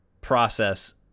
process